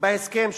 בהסכם שהושג.